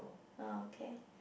okay